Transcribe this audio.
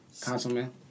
councilman